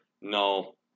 No